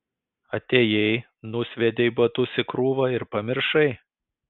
atėjai nusviedei batus į krūvą ir pamiršai